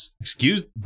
excuse